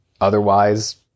Otherwise